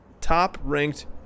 top-ranked